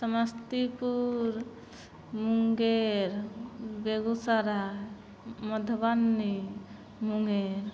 Samastipur Munger Begusarai Madhubani Munger